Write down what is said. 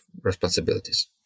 responsibilities